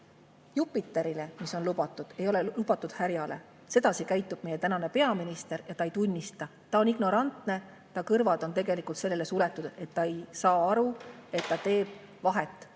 Jupiterile, ei ole lubatud härjale. Sedasi käitub meie tänane peaminister, ja ta ei tunnista [oma viga]. Ta on ignorantne, ta kõrvad on tegelikult sellele suletud, et ta ei saa aru, et ta teeb vahet.